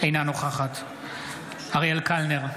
אינה נוכחת אריאל קלנר,